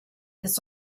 this